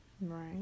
Right